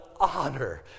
honor